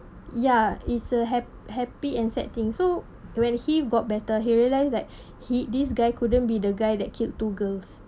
ya it's a hap~ happy and sad thing so when he got better he realised that he this guy couldn't be the guy that killed two girls